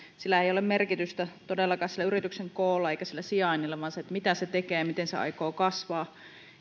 ei ole merkitystä todellakaan yrityksen koolla eikä sijainnilla vaan sillä mitä se tekee ja miten se aikoo kasvaa